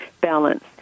balance